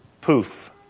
poof